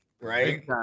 right